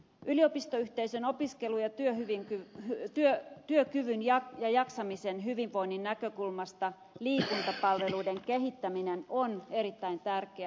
yliopistoyhteisön opiskelu ja työkyvyn ja jaksamisen hyvinvoinnin näkökulmasta liikuntapalveluiden kehittäminen on erittäin tärkeää